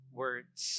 words